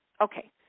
Okay